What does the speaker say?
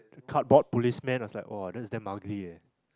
cardboard policeman I was like !wah! that is damn ugly leh